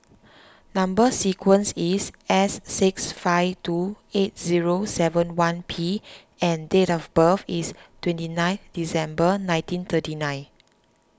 Number Sequence is S six five two eight zero seven one P and date of birth is twenty nine December nineteen thirty nine